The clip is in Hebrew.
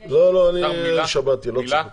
לא, אני שמעתי, לא צריך יותר.